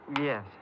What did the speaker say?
yes